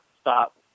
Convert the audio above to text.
stop